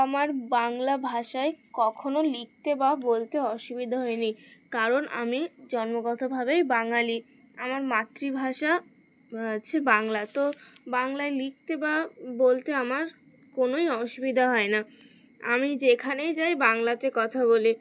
আমার বাংলা ভাষায় কখনও লিখতে বা বলতে অসুবিধা হয়নি কারণ আমি জন্মগতভাবেই বাঙালি আমার মাতৃভাষা আছে বাংলা তো বাংলায় লিখতে বা বলতে আমার কোনোই অসুবিধা হয় না আমি যেখানেই যাই বাংলাতে কথা বলি